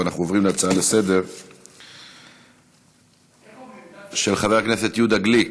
אנחנו עוברים להצעה לסדר-היום של חבר הכנסת יהודה גליק: